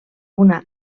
una